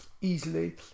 easily